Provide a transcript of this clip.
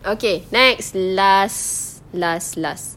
okay next last last last